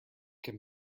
can